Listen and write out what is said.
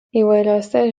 įvairiuose